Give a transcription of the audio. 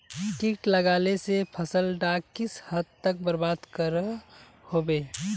किट लगाले से फसल डाक किस हद तक बर्बाद करो होबे?